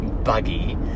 buggy